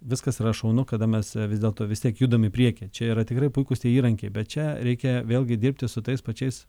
viskas yra šaunu kada mes vis dėlto vis tiek judam į priekį čia yra tikrai puikūs tie įrankiai bet čia reikia vėlgi dirbti su tais pačiais